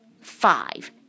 Five